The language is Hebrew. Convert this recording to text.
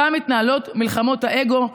שם מתנהלות מלחמות האגו,